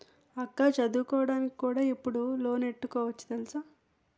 అక్కా చదువుకోడానికి కూడా ఇప్పుడు లోనెట్టుకోవచ్చు తెలుసా?